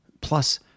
Plus